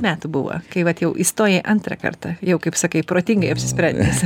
metų buvo kai vat jau įstojai antrą kartą jau kaip sakai protingai apsisprendęs